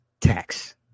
tax